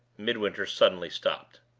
midwinter suddenly stopped.